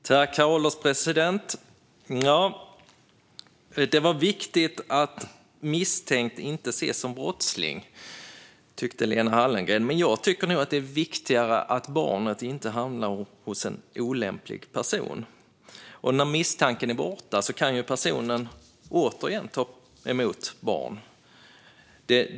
Herr ålderspresident! Det är viktigt att en misstänkt inte ses som en brottsling, tycker Lena Hallengren. Men jag tycker nog att det är viktigare att barnet inte hamnar hos en olämplig person. När misstanken är borta kan ju personen återigen ta emot barn.